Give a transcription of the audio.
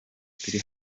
turi